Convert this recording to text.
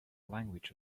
language